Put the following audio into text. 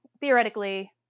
theoretically